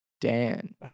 Dan